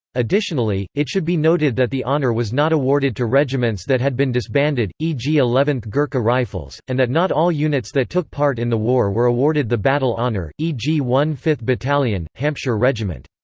additionally, it should be noted that the honour was not awarded to regiments that had been disbanded, e g. eleventh gurkha rifles, and that not all units that took part in the war were awarded the battle honour, e g. one fifth battalion, hampshire regiment.